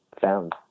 found